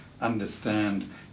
understand